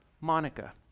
Monica